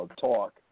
talk